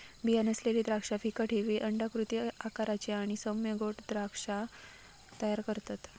बीया नसलेली द्राक्षा फिकट हिरवी अंडाकृती आकाराची आणि सौम्य गोड द्राक्षा तयार करतत